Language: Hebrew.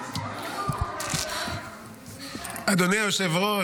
אדוני היושב-ראש,